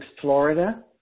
Florida